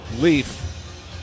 Leaf